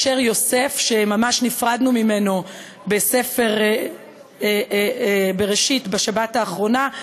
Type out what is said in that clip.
כאשר יוסף שממש נפרדנו ממנו בספר בראשית בשבת האחרונה,